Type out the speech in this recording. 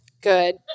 Good